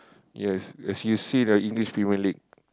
yes if you see the English Premier-League